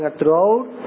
Throughout